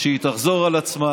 שהיא תחזור על עצמה.